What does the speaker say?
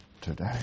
today